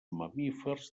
mamífers